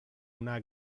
una